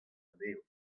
anezho